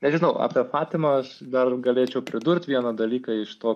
nežinau apie fatimą aš dar galėčiau pridurt vieną dalyką iš to